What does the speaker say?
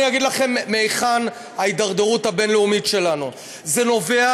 אני אגיד לכם מהיכן ההידרדרות הבין-לאומית שלנו: זה נובע